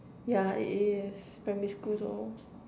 yeah it is primary school though